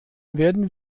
werden